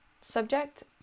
subject